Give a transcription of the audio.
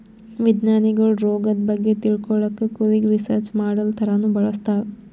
ವಿಜ್ಞಾನಿಗೊಳ್ ರೋಗದ್ ಬಗ್ಗೆ ತಿಳ್ಕೊಳಕ್ಕ್ ಕುರಿಗ್ ರಿಸರ್ಚ್ ಮಾಡಲ್ ಥರಾನೂ ಬಳಸ್ತಾರ್